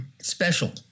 Special